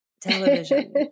television